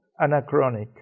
anachronic